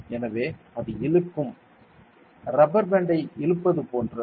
எனவே அது இழுக்கும் ரப்பர் பேண்ட் ஐ இழுப்பது போன்றது